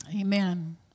Amen